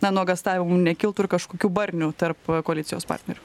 na nuogąstavimų nekiltų ir kažkokių barnių tarp koalicijos partnerių